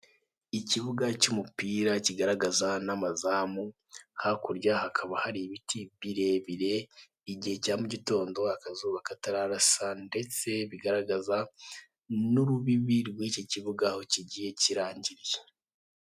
Ikibuga cy'umupira kigaragaza n'amazamu, hakurya hakaba hari ibiti birebire. Ni igihe cya mu gitondo akazuba katararasa ndetse bigaragaza n'urubibi rw'icyo kibuga aho kigiye kirangiriye.